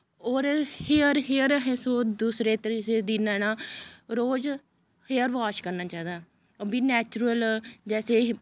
होर hair hair असें दूसरे तीसरे दिन ना रोज हेयर वाश करना चाहिदा ओह् बी नैचरल जैसे